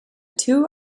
two